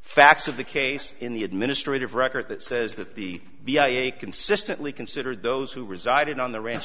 facts of the case in the administrative record that says that the the ira consistently considered those who resided on the ran